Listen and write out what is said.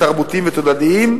תרבותיים ותודעתיים,